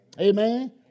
Amen